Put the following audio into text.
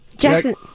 Jackson